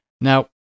Now